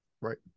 Right